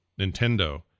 Nintendo